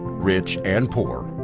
rich and poor,